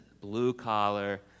blue-collar